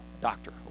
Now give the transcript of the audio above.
doctor